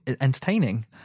entertaining